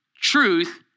truth